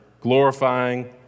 glorifying